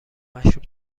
مشروب